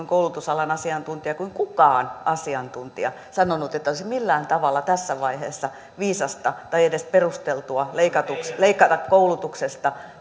koulutusalan asiantuntija tai kukaan asiantuntija sanonut että olisi millään tavalla tässä vaiheessa viisasta tai edes perusteltua leikata koulutuksesta